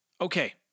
Okay